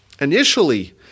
initially